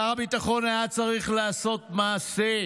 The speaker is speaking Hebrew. שר הביטחון היה צריך לעשות מעשה,